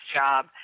job